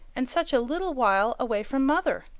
and such a little while away from mother.